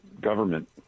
government